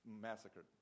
massacred